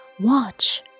watch